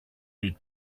big